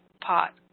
pot